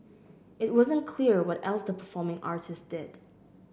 it wasn't clear what else the performing artists did